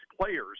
players